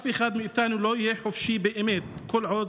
אף אחד מאיתנו לא יהיה חופשי באמת כל עוד